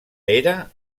era